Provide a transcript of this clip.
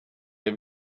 have